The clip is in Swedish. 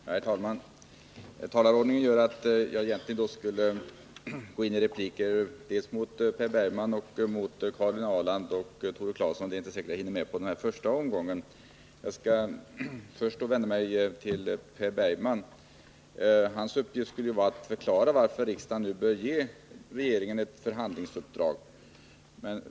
Herr talman! Talarordningen gör att jag egentligen skulle replikera Per Bergman, Karin Ahrland och Tore Claeson. Men det är inte säkert att jag hinner detta under denna första omgång. Jag skall först vända mig mot Per Bergman. Hans uppgift var att förklara varför riksdagen bör ge regeringen ett förhandlingsuppdrag.